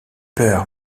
peur